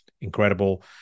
incredible